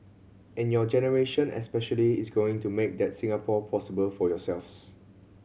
and your generation especially is going to make that Singapore possible for yourselves